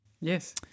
Yes